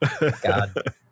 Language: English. God